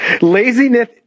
Laziness